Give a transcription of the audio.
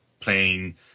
playing